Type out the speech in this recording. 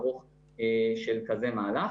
מה ההשפעה לטווח הארוך של כזה מהלך.